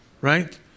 Right